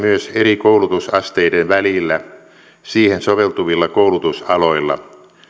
eri koulutusasteiden välillä siihen soveltuvilla koulutusaloilla